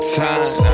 time